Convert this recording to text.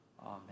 Amen